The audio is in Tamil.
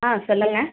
ஆ சொல்லுங்க